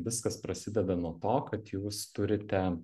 viskas prasideda nuo to kad jūs turite